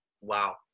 wow